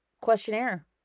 questionnaire